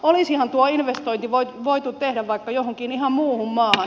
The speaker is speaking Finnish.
olisihan tuo investointi voitu tehdä vaikka johonkin ihan muuhun maahan